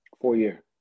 Four-year